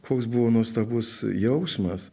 koks buvo nuostabus jausmas